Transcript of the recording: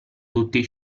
tutti